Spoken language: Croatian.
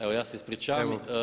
Evo ja se ispričavam.